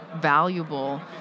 valuable